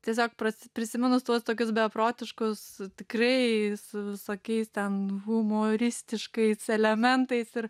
tiesiog prasi prisiminus tuos tokius beprotiškus tikrai su visokiais ten humoristiškais elementais ir